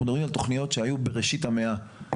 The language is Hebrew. אנחנו מדברים על תוכניות שהיו בראשית המאה,